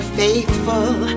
faithful